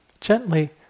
gently